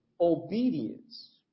obedience